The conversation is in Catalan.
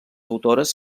autores